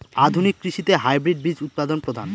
আধুনিক কৃষিতে হাইব্রিড বীজ উৎপাদন প্রধান